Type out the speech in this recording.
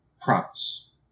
promise